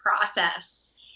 process